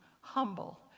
humble